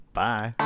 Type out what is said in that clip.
Bye